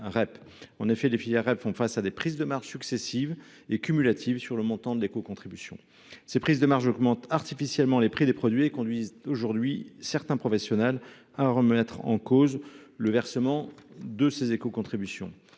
En effet, les filières REP font face à des prises de marges successives et cumulatives sur le montant de l’écocontribution. Ces prises de marges augmentent artificiellement les prix des produits. Elles conduisent aujourd’hui certains professionnels à remettre en cause le versement des écocontributions.